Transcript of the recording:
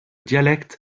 dialecte